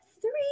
three